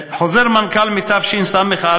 חוזר מנכ"ל מתשס"א,